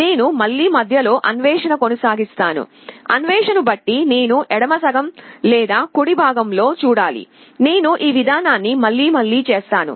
నేను మళ్ళీ మధ్య లో అన్వేషణ కొనసాగిస్తాను అన్వేషణ ను బట్టి నేను ఎడమ సగం లేదా కుడి భాగంలో చూడాలి నేను ఈ విధానాన్ని మళ్ళి మళ్ళి చేస్తున్నాను